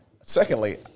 Secondly